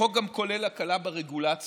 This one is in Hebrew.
החוק גם כולל הקלה ברגולציה,